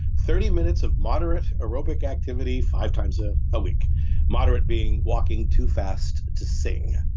thirty minutes of moderate aerobic activity five times ah a week moderate being walking too fast to sing,